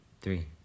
three